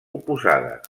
oposada